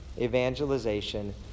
evangelization